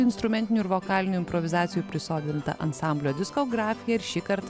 instrumentinių ir vokalinių improvizacijų prisotintą ansamblio diskografiją ir šįkart